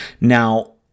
Now